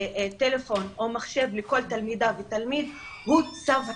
טלפון או מחשב לכל תלמיד ותלמידה הם צו השעה,